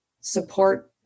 support